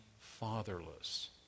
fatherless